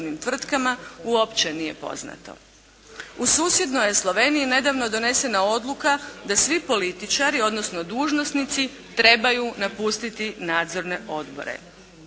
U susjednoj je Sloveniji nedavno donesena odluka da svi političari, odnosno dužnosnici trebaju napustiti nadzorne odbore.